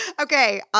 Okay